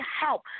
help